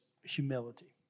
humility